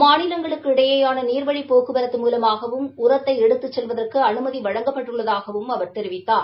மாநிலங்களுக்கு இடையேயான நீாவழி போக்குவரத்து மூலமாகவும் உரத்தை எடுத்துச் செல்வதற்கு அமைதி வழங்கப்பட்டுள்ளதாகவும் அவர் தெரிவித்தார்